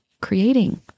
creating